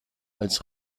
als